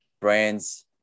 brands